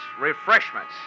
Refreshments